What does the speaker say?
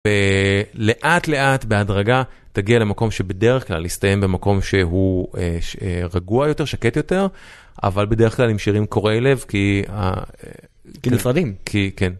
ולאט לאט בהדרגה תגיע למקום שבדרך כלל יסתיים במקום שהוא רגוע יותר, שקט יותר, אבל בדרך כלל עם שירים קורעי לב כי... כי נפרדים. כן.